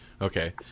Okay